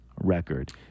record